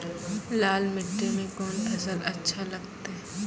लाल मिट्टी मे कोंन फसल अच्छा लगते?